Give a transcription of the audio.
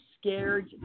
scared